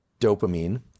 dopamine